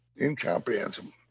incomprehensible